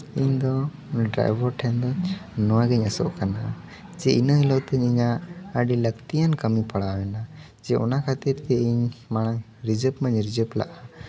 ᱤᱧᱫᱚ ᱰᱟᱭᱵᱷᱟᱨ ᱴᱷᱮᱱ ᱫᱚᱧ ᱱᱚᱣᱟᱜᱤᱧ ᱟᱸᱥᱚᱜ ᱠᱟᱱᱟ ᱤᱱᱟᱹ ᱦᱤᱞᱳᱜ ᱫᱚ ᱤᱧᱟᱹᱜ ᱟᱹᱰᱤ ᱞᱟᱹᱠᱛᱤᱭᱟᱱ ᱠᱟᱹᱢᱤ ᱯᱟᱲᱟᱣ ᱮᱱᱟ ᱡᱮ ᱚᱱᱟ ᱠᱷᱟᱹᱛᱤᱨ ᱛᱮ ᱤᱧ ᱢᱟᱲᱟᱝ ᱨᱤᱡᱟᱹᱵᱷ ᱢᱟᱹᱧ ᱨᱤᱡᱟᱹᱵᱷ ᱞᱮᱜᱼᱟ